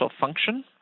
function